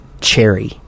cherry